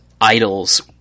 idols